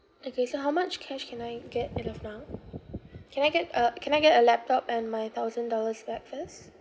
okay so how much cash can I get as of now can I get uh can I get a laptop and my thousand dollars back first